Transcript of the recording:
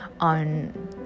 on